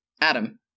Adam